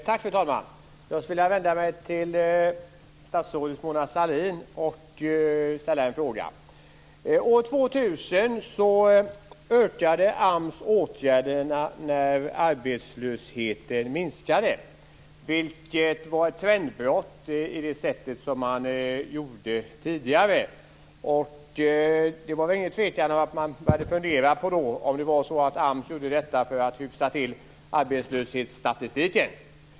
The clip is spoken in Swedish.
Fru talman! Jag skulle vilja vända mig till statsrådet Mona Sahlin och ställa en fråga. År 2000 ökade AMS åtgärderna när arbetslösheten minskade, vilket var ett trendbrott i förhållande till hur AMS hade gjort tidigare. Det var ingen tvekan om att man då började fundera på om AMS gjorde detta för att hyfsa till arbetslöshetsstatistiken.